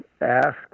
ask